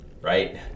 right